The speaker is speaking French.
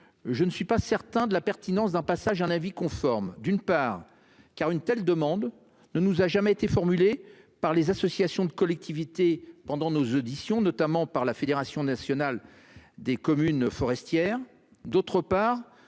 je ne suis pas certain de la pertinence d'un passage à un avis conforme. D'une part, une telle demande ne nous a jamais été formulée par les associations de collectivités, notamment par la Fédération nationale des communes forestières